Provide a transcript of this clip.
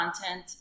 content